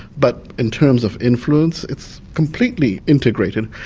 but in terms of influence it's completely integrated.